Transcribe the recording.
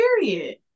period